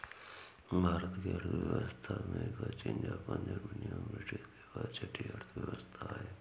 भारत की अर्थव्यवस्था अमेरिका, चीन, जापान, जर्मनी एवं ब्रिटेन के बाद छठी अर्थव्यवस्था है